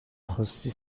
خواستی